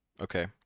Okay